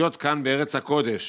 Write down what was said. לחיות כאן בארץ הקודש